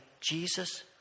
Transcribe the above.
Jesus